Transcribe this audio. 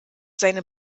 seine